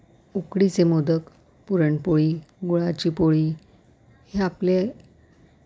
उकडीचे मोदक पुरणपोळी गुळाची पोळी हे आपले